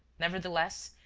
nevertheless,